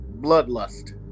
bloodlust